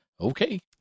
Okay